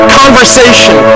conversation